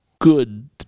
good